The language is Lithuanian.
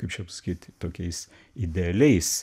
kaip čia pasakyt tokiais idealiais